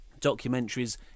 Documentaries